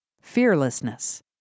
fearlessness